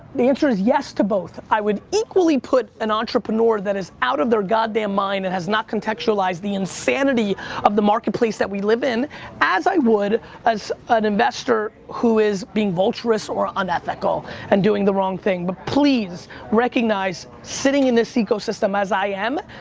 the answer is yes to both. i would equally put an entrepreneur that is out of their goddamn mind that has not contextualized the insanity of the marketplace that we live in as i would as an investor who is being vulturous or unethical and doing the wrong thing, but please recognize sitting in this ecosystem as i am,